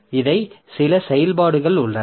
இவை சில செயல்பாடுகள் உள்ளன